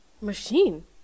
machine